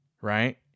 right